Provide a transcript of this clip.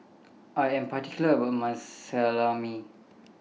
I Am particular about My Salami